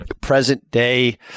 present-day